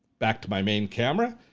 back to my main camera,